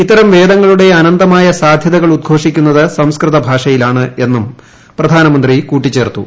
ഇത്തരം വേദങ്ങളുടെ അനന്തമായി സ്ാധ്യതകൾ ഉദ്ഘോഷിക്കുന്നത് സംസ്കൃത ഭാഷയിലാണ് എന്നും പ്രധാനമന്ത്രി കൂട്ടിച്ചേർത്തു